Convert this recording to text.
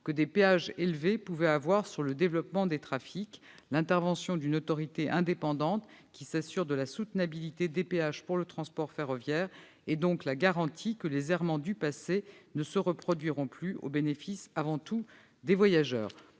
que les péages élevés pouvaient avoir sur le développement des trafics. L'intervention d'une autorité indépendante s'assurant de la soutenabilité des péages pour le transport ferroviaire est donc la garantie que les errements du passé ne se reproduiront plus : ce changement s'accomplira